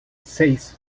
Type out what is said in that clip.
seis